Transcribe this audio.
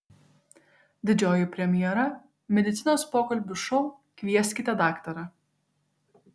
didžioji premjera medicinos pokalbių šou kvieskite daktarą